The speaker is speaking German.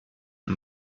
und